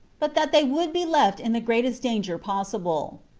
but that they will be left in the greatest danger possible.